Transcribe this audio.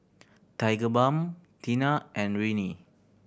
Tigerbalm Tena and Rene